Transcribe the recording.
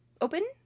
open